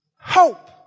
Hope